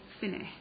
finish